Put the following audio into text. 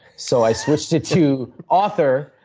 so, i switched it to author.